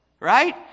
Right